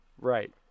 Right